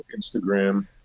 Instagram